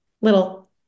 little